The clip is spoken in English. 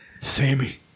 Sammy